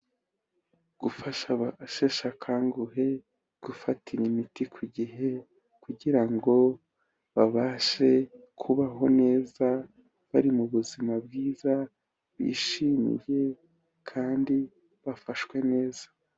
Gufasha abasheshekanguhe gufatira imiti ku gihe kugira ngo babashe kubaho neza, bari mu buzima bwiza bishimiye, kandi bafashwe neza.